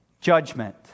judgment